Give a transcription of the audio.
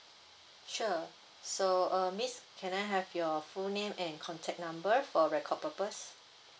sure so uh miss can I have your full name and contact number for record purpose